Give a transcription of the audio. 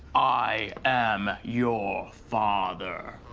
i am your father.